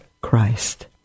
Christ